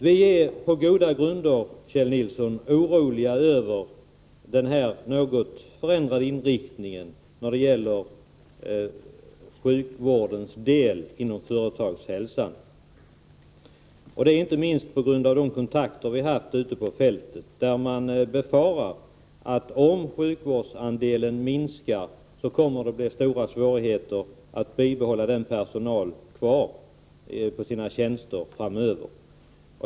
Vi är på goda grunder, Kjell Nilsson, oroliga över den här något förändrade inriktningen när det gäller sjukvårdens del av företagshälsovården —inte minst till följd av de kontakter vi har haft ute på fältet. Man befarar där att om sjukvårdsandelen minskar, kommer det att bli stora svårigheter att framöver behålla denna personal på sina tjänster.